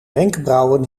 wenkbrauwen